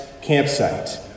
campsite